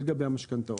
זה לגבי המשכנתאות.